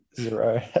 zero